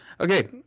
okay